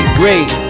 great